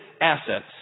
assets